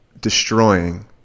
destroying